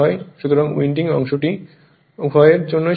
সুতরাং উইন্ডিং অংশটি উভয়ের জন্যই সাধারণ